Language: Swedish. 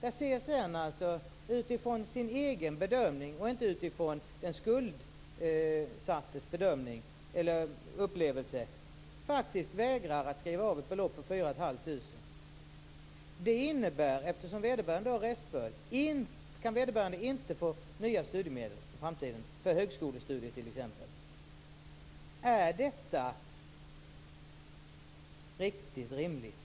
CSN, utifrån sin egen bedömning och inte utifrån den skuldsattes upplevelse, vägrar att skriva av ett belopp på 4 500 kr. Det innebär att vederbörande inte kan få nya studiemedel i framtiden för t.ex. högskolestudier. Är detta riktigt rimligt?